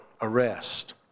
arrest